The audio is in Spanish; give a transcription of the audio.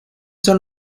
son